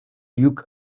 luke